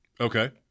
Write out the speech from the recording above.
Okay